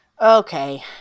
Okay